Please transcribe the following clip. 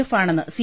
F ആണെന്ന് C